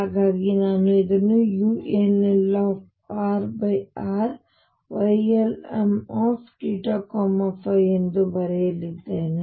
ಹಾಗಾಗಿ ನಾನು ಇದನ್ನು unlrrYlmθϕ ಎಂದು ಬರೆಯಲಿದ್ದೇನೆ